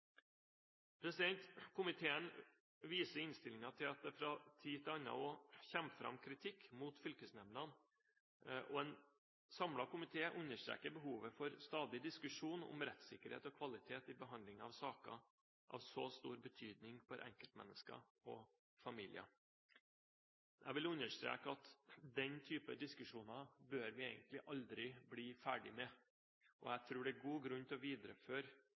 Komiteen viser i innstillingen til at det fra tid til annen også kommer fram kritikk mot fylkesnemndene, og en samlet komité understreker behovet for stadig diskusjon om rettssikkerhet og kvalitet i behandlingen av saker av så stor betydning for enkeltmennesker og familier. Jeg vil understreke at den type diskusjoner bør vi egentlig aldri bli ferdig med, og jeg tror det er god grunn til å videreføre